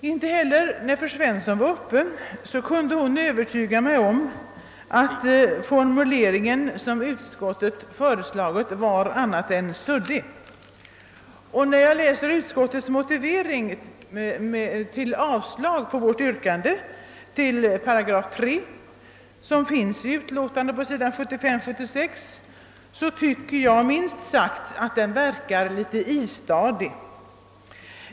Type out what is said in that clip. Inte heller fru Svensson kunde övertyga mig om att utskottets formulering var annat än suddig. Vidare tycker jag att utskottets motivering för avslag på vårt yrkande beträffande 3 §, på sidorna 75 och 76 i utskottets utlåtande, verkar minst sagt istadig.